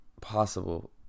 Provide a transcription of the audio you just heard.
possible